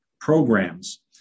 programs